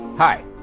Hi